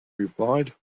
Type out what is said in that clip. replied